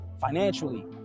financially